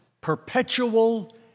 perpetual